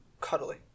Cuddly